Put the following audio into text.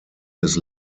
his